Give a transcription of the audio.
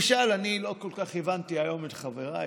למשל, אני לא כל כך הבנתי היום את חבריי